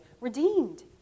redeemed